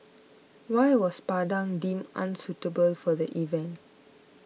why was Padang deemed unsuitable for the event